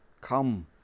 come